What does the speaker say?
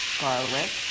garlic